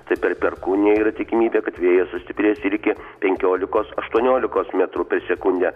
tai per perkūniją yra tikimybė kad vėjas sustiprės ir iki penkiolikos aštuoniolikos metrų per sekundę